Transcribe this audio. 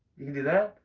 you can do that.